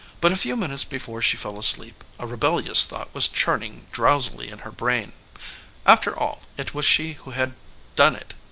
but a few minutes before she fell asleep a rebellious thought was churning drowsily in her brain after all, it was she who had done it.